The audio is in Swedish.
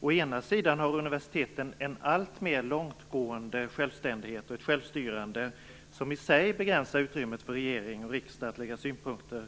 Å ena sidan har universiteten en alltmer långtgående självständighet och ett självstyrande som i sig begränsar utrymmet för regering och riksdag att lägga synpunkter